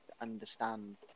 understand